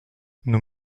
nous